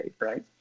right